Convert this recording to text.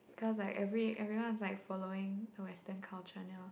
cause like every everyone is like following western culture now